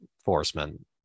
enforcement